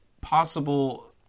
possible